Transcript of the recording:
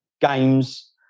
games